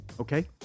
Okay